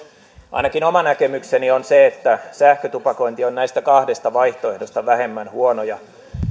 ainakin oma näkemykseni on se että sähkötupakointi on näistä kahdesta vaihtoehdosta vähemmän huono